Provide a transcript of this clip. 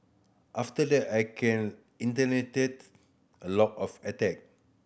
after that I can initiate a lot of attack